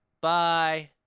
bye